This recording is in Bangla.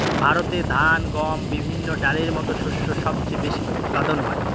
ভারতে ধান, গম, বিভিন্ন ডালের মত শস্য সবচেয়ে বেশি উৎপাদন হয়